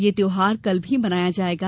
यह त्यौहार कल भी मनाया जायेगा